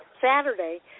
Saturday